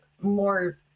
more